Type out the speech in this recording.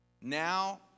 Now